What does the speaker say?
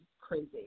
crazy